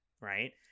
right